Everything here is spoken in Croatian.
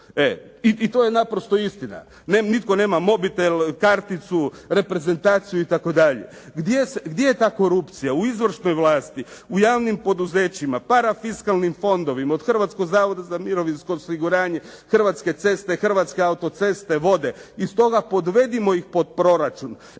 I to je naprosto istina. Nitko nema mobitel, karticu, reprezentaciju itd. Gdje je ta korupcija? U izvršnoj vlasti, u javnim poduzećima, parafiskalnim fondovima od Hrvatskog zavoda za mirovinsko osiguranje, Hrvatske ceste, Hrvatske autoceste, Vode. I stoga, podvedimo ih pod proračun.